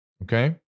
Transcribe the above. Okay